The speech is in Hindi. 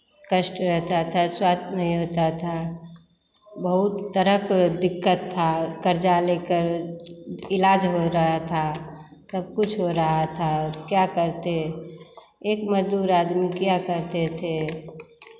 कष्ट रहता था स्वस्थ नहीं होता था बहुत तरह के दिक्कत था कर्ज़ा लेकर इलाज हो रहा था सब कुछ हो रहा था क्या करते एक मजदूर आदमी क्या करते थे